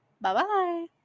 Bye-bye